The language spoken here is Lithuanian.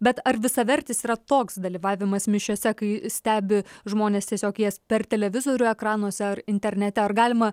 bet ar visavertis yra toks dalyvavimas mišiose kai stebi žmonės tiesiog jas per televizorių ekranuose ar internete ar galima